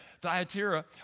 Thyatira